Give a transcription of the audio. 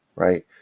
right?